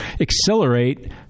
accelerate